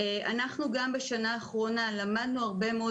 גם בשנה האחרונה למדנו הרבה מאוד